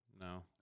No